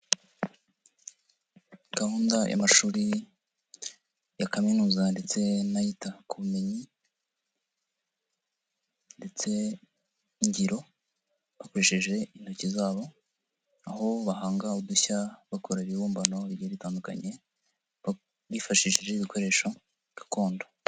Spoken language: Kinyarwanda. Gahunda y'amashuri ya kaminuza ndetse n'ayita ku bumenyi ndetse ngiro bakoresheje intoki zabo aho bahanga udushya bakora ibibumbano bigiye bitandukanye bifashishije ibikoresho gakondo.